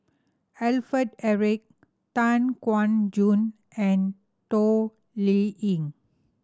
Alfred Eric Tan Kuan Choon and Toh Liying